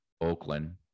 Oakland